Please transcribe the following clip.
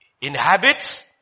inhabits